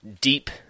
deep